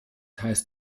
heißt